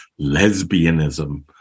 lesbianism